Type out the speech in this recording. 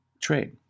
trade